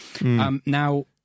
Now